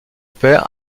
père